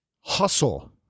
hustle